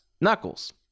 knuckles